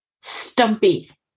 Stumpy